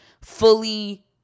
fully